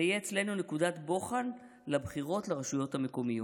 זה יהיה אצלנו נקודת בוחן לבחירות לרשויות המקומיות.